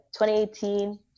2018